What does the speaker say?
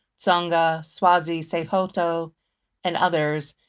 songa, swazi, sesotho, and others,